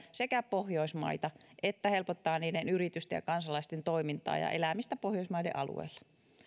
sekä hyödyttää pohjoismaita että helpottaa niiden yritysten ja kansalaisten toimintaa ja elämistä pohjoismaiden alueella